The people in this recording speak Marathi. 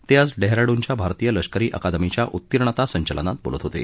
ते आज डेहराडूनच्या भारतीय लष्करी अकादमीच्या उत्तीर्णता संचलनात बोलत होते